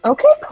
Okay